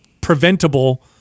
preventable